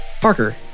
Parker